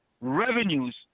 revenues